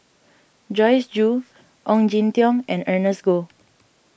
Joyce Jue Ong Jin Teong and Ernest Goh